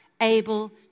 able